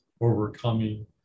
overcoming